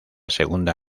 segunda